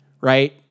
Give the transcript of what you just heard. Right